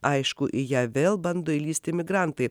aišku į ją vėl bando įlįsti migrantai